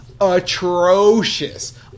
atrocious